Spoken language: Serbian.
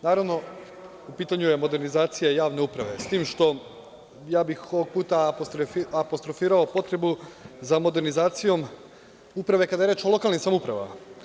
Naravno, u pitanju je modernizacija javne uprave, s tim što bih ja ovog puta apostrofirao potrebu za modernizacijom uprave kada je reč o lokalnim samoupravama.